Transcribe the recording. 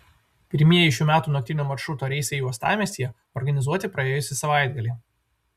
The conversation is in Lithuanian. pirmieji šių metų naktinio maršruto reisai uostamiestyje organizuoti praėjusį savaitgalį